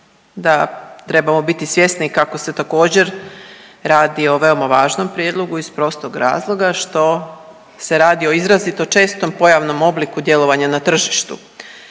da trebamo biti svjesni kako se također radi o veoma važnom prijedlogu iz prostog razloga što se radi o izrazito čestom pojavnom obliku djelovanja na tržištu.